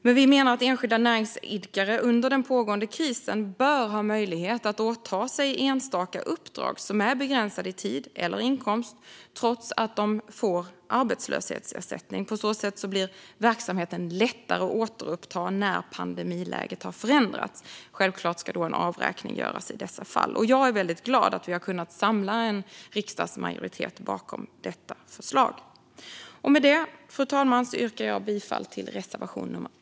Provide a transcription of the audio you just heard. Men vi menar att enskilda näringsidkare under den pågående krisen bör ha möjlighet att åta sig enstaka uppdrag som är begränsade i tid eller inkomst trots att de får arbetslöshetsersättning. På så sätt blir verksamheten lättare att återuppta när pandemiläget har förändrats. Självklart ska då en avräkning göras i dessa fall. Jag är väldigt glad att vi kunnat samla en riksdagsmajoritet bakom detta förslag. Med det, fru talman, yrkar jag bifall till reservation nummer 1.